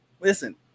Listen